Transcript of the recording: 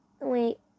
Wait